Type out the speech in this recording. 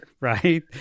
right